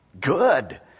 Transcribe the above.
Good